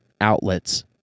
outlets